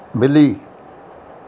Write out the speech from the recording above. ॿिली